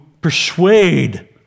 persuade